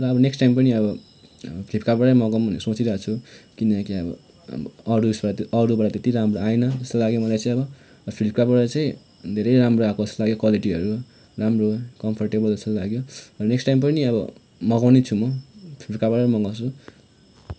र अब next time पनि अब फ्लिपकार्टबाटै मगाऊँ भनेर सोचिरहेको छु किनकि अब अरू उयसबाट अरूबाट त्यति राम्रो आएन जस्तो लाग्यो मलाई चाहिँ अब फ्लिपकार्टबाट चाहिँ धेरै राम्रो आएको जस्तो लाग्यो क्वालिटीहरू राम्रो कम्फोर्टेबल जस्तो लाग्यो र नेक्स्ट टाइम पनि अब मगाउनेछु म फ्लिपकार्टबाट मगाउँछु